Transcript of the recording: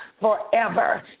forever